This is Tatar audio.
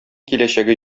киләчәге